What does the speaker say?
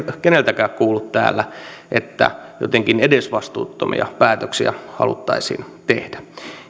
keneltäkään kuullut täällä että jotenkin edesvastuuttomia päätöksiä haluttaisiin tehdä